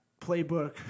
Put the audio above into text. playbook